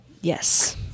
Yes